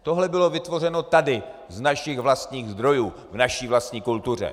Tohle bylo vytvořeno tady z našich vlastních zdrojů v naší vlastní kultuře.